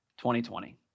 2020